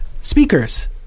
speakers